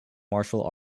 martial